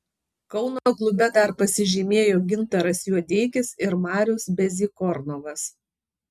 kauno klube dar pasižymėjo gintaras juodeikis ir marius bezykornovas